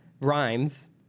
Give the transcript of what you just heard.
Rhymes